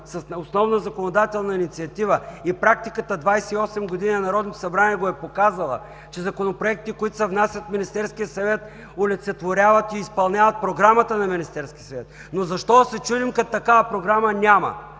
с основна законодателна инициатива, и практиката на Народното събрание 28 години го е показала, че законопроекти, които се внасят в Министерския съвет, олицетворяват и изпълняват програмата на Министерския съвет. Но защо се чудим, като такава програма няма?!